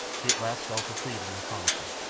he at last fell to pleading and promising.